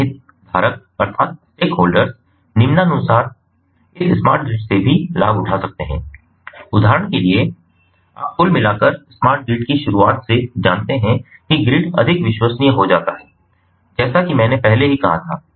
अन्य हितधारक निम्नानुसार इस स्मार्ट ग्रिड से भी लाभ उठा सकते हैं उदाहरण के लिए आप कुल मिलाकर स्मार्ट ग्रिड की शुरूआत से जानते हैं कि ग्रिड अधिक विश्वसनीय हो जाता है जैसा कि मैंने पहले ही कहा था